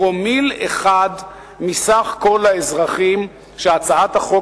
פרומיל אחד מסך כל האזרחים שהצעת החוק